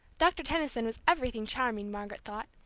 doctor tension was everything charming, margaret thought,